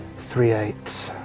three eight.